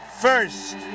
first